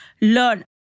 learn